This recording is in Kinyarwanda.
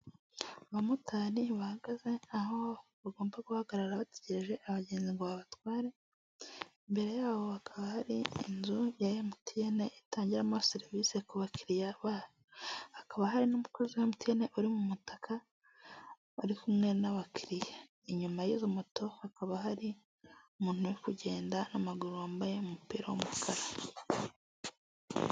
Abamotari bahagaze aho bagomba guhagarara bategereje abagenzi ngo babatware mbere yabo hakaba hari inzu ya emutiyeni itangiramo serivisi ku bakiriya hakaba hari n'umukozi wa MTN uri mu mutaka uri kumwe n'abakiriya inyuma y'izo moto hakaba hari umuntu uri kugenda n'amaguru wambaye umupira w'umukara .